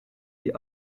die